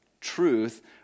truth